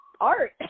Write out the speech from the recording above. art